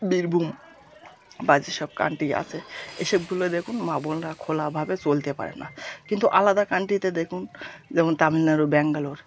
বীরভূম বাজে সব কান্ট্রি আছে এসবগুলোয় দেখুন মা বোনরা খোলাভাবে চলতে পারে না কিন্তু আলাদা কান্ট্রিতে দেখুন যেমন তামিলনাড়ু ব্যাঙ্গালোর